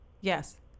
Yes